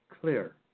clear